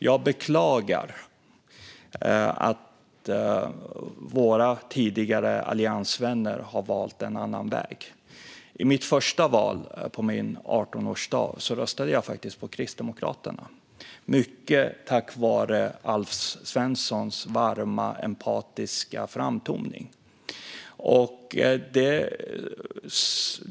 Jag beklagar att våra tidigare alliansvänner har valt en annan väg. I mitt första val, på min 18-årsdag, röstade jag faktiskt på Kristdemokraterna, mycket tack vare Alf Svenssons varma, empatiska framtoning.